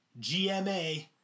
GMA